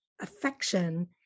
affection